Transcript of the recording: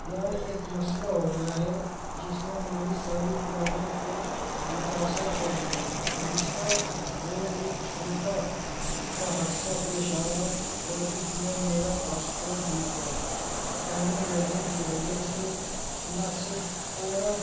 یار ایک مسئلہ ہو گیا ہے جس نے میری ساری پلاننگ کو متاثر کر دیا گزشتہ روز ایک چھوٹا سا حادثہ پیش آیا ہے اور اس میں میرا پاسپورٹ بھیگ گیا پانی لگنے کی وجہ سے نہ صرف کور